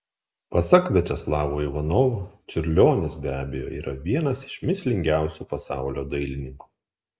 pasak viačeslavo ivanovo čiurlionis be abejo yra vienas iš mįslingiausių pasaulio dailininkų